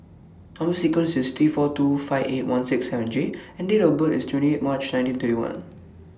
Number sequence IS T four two five eight one six seven J and Date of birth IS twenty eight March nineteen thirty one